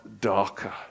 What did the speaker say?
darker